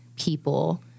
people